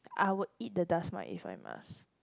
I would eat the dust mite if I must